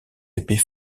épées